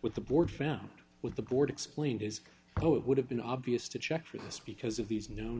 with the board found with the board explained is oh it would have been obvious to check for this because of these known